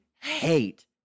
hate